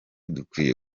dukwiye